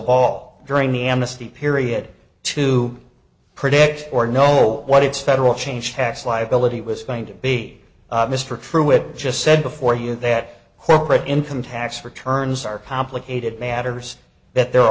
ball during the amnesty period to predict or know what its federal change tax liability was going to be mr true it just said before you that corporate income tax returns are complicated matters that there are a